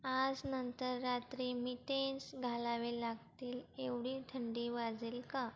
आज नंतर रात्री मिटेन्स घालावे लागतील एवढी थंडी वाजेल का